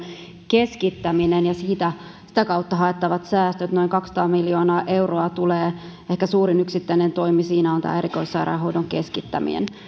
keskittäminen ja sitä kautta haettavat säästöt noin kaksisataa miljoonaa euroa tulee ehkä suurin yksittäinen toimi siinä on tämä erikoissairaanhoidon keskittäminen